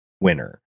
winner